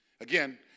Again